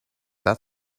that